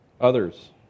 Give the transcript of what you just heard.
Others